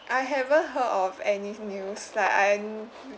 I haven't heard of any news like and